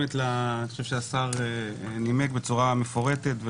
אני חושב שהשר נימק בצורה מפורטת את ההצעה,